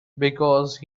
because